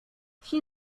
she